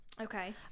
Okay